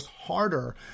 harder